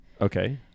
Okay